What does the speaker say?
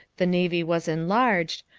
the navy was enlarged,